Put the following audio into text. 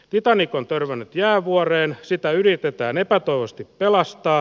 titanic on törmännyt jäävuoreen sitä yritetään epätoivoisesti pelastaa